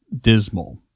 dismal